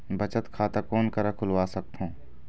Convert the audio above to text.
बचत खाता कोन करा खुलवा सकथौं?